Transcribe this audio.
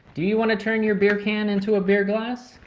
do you want to turn your beer can into a beer glass?